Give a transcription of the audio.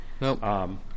No